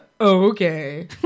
Okay